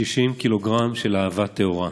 "שישים קילוגרם של אהבה טהורה".